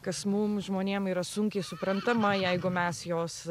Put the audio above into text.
kas mum žmonėm yra sunkiai suprantama jeigu mes jos